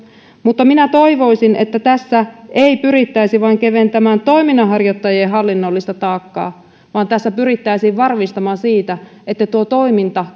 mutta minä toivoisin että tässä ei pyrittäisi vain keventämään toiminnanharjoittajien hallinnollista taakkaa vaan tässä pyrittäisiin varmistumaan siitä että tuo toiminta